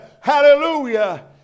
Hallelujah